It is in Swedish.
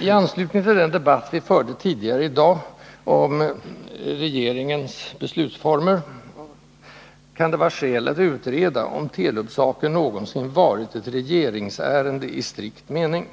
I anslutning till den debatt vi förde tidigare i dag om regeringens beslutsformer, kan det vara skäl att utreda om Telub-saken någonsin varit ett ”regeringsärende” i strikt mening.